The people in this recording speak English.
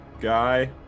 Guy